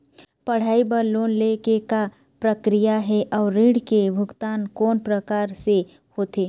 पढ़ई बर लोन ले के का प्रक्रिया हे, अउ ऋण के भुगतान कोन प्रकार से होथे?